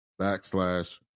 backslash